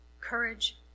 courage